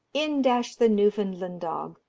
in dashed the newfoundland dog,